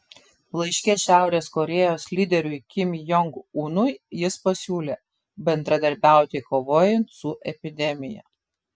laiške šiaurės korėjos lyderiui kim jong unui jis pasiūlė bendradarbiauti kovojant su epidemija